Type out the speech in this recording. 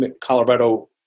Colorado